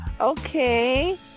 Okay